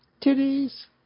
Titties